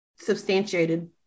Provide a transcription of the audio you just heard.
substantiated